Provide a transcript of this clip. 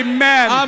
Amen